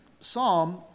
psalm